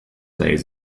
days